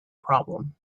problem